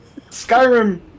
Skyrim